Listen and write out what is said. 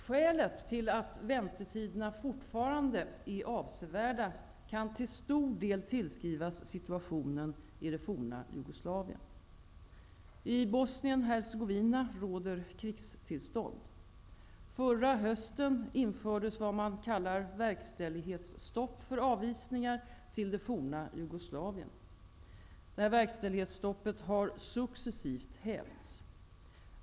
Skälet till att väntetiderna fortfarande är avsevärda kan till stor del tillskrivas situationen i det forna Jugoslavien. I Bosnien-Hercegovina råder krigstillstånd. Förra hösten infördes vad man kallar verkställighetsstopp för avvisningar till det forna Jugoslavien. Detta verkställighetsstopp har successivt hävts.